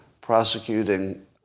prosecuting